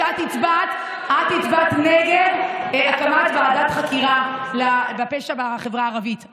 שאת הצבעת נגד הקמת ועדת חקירה על הפשע בחברה הערבית.